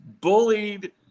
bullied